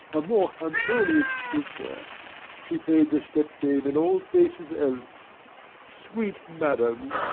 a more harmonious feature she play'd the step-dame in all faces else sweet madam,